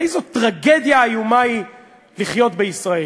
איזו טרגדיה איומה היא לחיות בישראל,